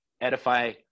edify